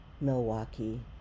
Milwaukee